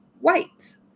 White